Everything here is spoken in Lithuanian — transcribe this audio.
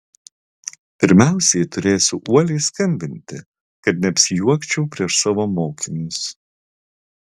pirmiausiai turėsiu uoliai skambinti kad neapsijuokčiau prieš savo mokinius